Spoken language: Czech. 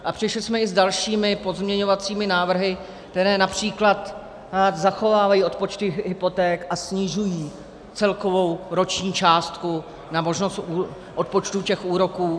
A přišli jsme i s dalšími pozměňovacími návrhy, které například zachovávají odpočty hypoték a snižují celkovou roční částku na možnost odpočtu těch úroků.